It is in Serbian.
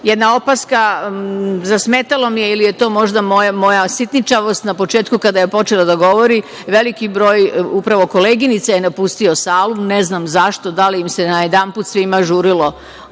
mreže. Jedna opaska, zasmetalo mi je ili je to moja možda sitničavost na početku kada je počela da govori, veliki broj upravo koleginica je napustio salu i ne znam zašto, da li im se najedanput svima žurilo